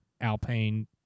Alpine